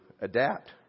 adapt